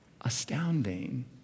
Astounding